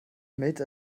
mails